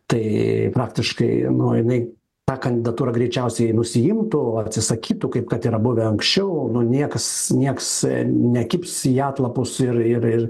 tai praktiškai nu jinai tą kandidatūrą greičiausiai nusiimtų atsisakytų kaip kad yra buvę anksčiau nu nieks nieks nekibs į atlapus ir ir ir